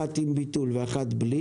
אחת עם ביטול ואחת בלי